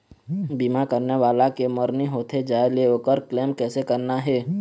बीमा करने वाला के मरनी होथे जाय ले, ओकर क्लेम कैसे करना हे?